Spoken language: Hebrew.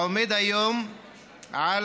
העומד היום על